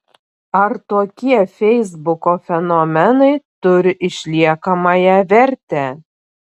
ar tokie feisbuko fenomenai turi išliekamąją vertę